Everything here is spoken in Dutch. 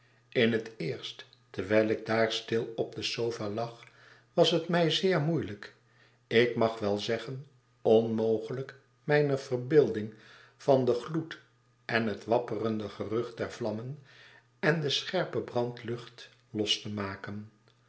in het eerst terwijl ik daar stil op de sofa lag was het mij zeer moeielijk ik mag wel zeggen onmogelijk mijne verbeelding van den gloed en het wapperende gerucht der vlammen en de scherpe brandlucht los te maken